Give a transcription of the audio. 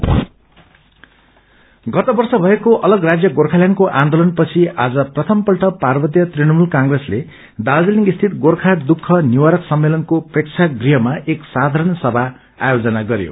TMC गत वर्ष भएको अलग राज्य गोर्खाल्याण्डको आन्चोलनपछि आज प्रथम पल्ट पार्वतीय तृणमूल कंप्रेसले दार्जीलिङस्थित गोर्खा दुःख निवारक सम्मेलनको प्रेशागृहमा एक साधारण सभा आयोजन गरयो